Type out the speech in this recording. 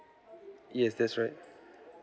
yes that's right